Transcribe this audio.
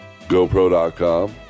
gopro.com